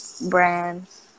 brands